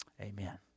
Amen